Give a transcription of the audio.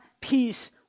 peace